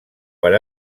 per